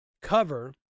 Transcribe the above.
cover